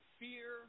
fear